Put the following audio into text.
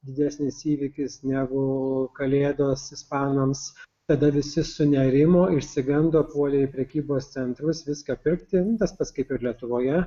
didesnis įvykis negu kalėdos ispanams tada visi sunerimo išsigando puolė į prekybos centrus viską pirkti tas pats kaip ir lietuvoje